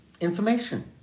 information